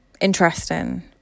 interesting